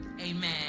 Amen